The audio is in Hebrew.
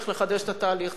צריך לחדש את התהליך.